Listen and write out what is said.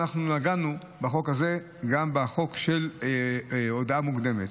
בחוק הזה נגענו גם בחוק של הודעה מוקדמת,